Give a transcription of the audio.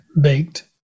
baked